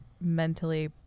mentally